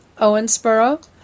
Owensboro